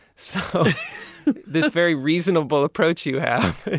so this very reasonable approach you have